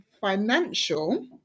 financial